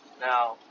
Now